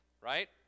right